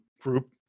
group